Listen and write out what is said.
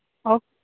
okay